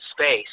space